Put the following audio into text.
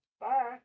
Bye